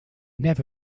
never